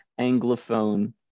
anglophone